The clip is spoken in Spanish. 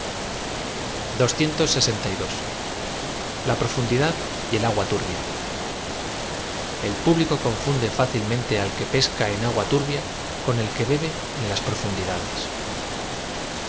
a profundidad y t i agua turbia el público confunde fácilmente al que pesca en agua turbia con el que bebe en las profundidades